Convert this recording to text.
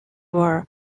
were